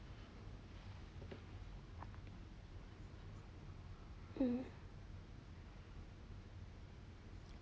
mm